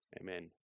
Amen